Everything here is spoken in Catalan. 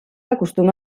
acostuma